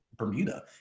Bermuda